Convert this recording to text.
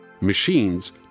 machines